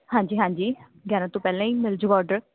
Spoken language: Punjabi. ਹਾਂਜੀ ਹਾਂਜੀ ਗਿਆਰਾਂ ਤੋਂ ਪਹਿਲਾਂ ਹੀ ਮਿਲ ਜਾਊਗਾ ਔਡਰ